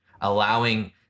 allowing